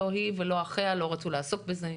היא ואחיה לא רצו לעסוק בזה.